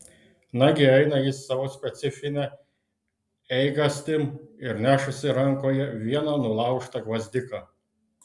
nagi eina jis savo specifine eigastim ir nešasi rankoje vieną nulaužtą gvazdiką